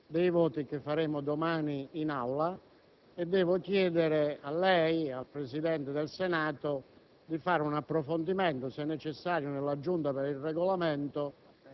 dei voti che esprimeremo domani in Aula e devo chiedere a lei e al Presidente del Senato di effettuare un approfondimento, se necessario nella Giunta per il Regolamento,